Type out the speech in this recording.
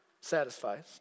satisfies